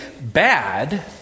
bad